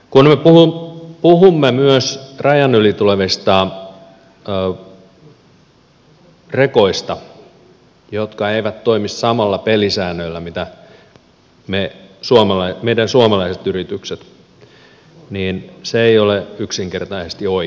kun me puhumme myös rajan yli tulevista rekoista jotka eivät toimi samoilla pelisäännöillä kuin meidän suomalaiset yrityksemme niin se ei ole yksinkertaisesti oikein ja siihen on puututtava jotenkin